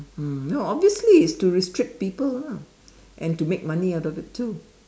mm obviously is to restrict people lah and to make money out of it too